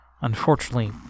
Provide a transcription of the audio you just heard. unfortunately